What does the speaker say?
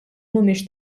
mhumiex